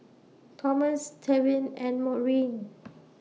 Tomas Tevin and Maurine